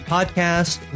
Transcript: Podcast